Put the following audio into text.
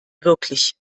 wirklich